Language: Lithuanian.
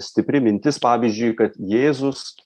stipri mintis pavyzdžiui kad jėzus